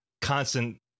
constant